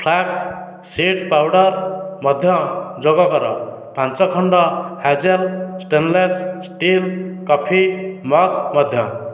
flaxseed powder ମଧ୍ୟ ଯୋଗ କର ପାଞ୍ଚ ଖଣ୍ଡ hazel stainless steel coffee mug ମଧ୍ୟ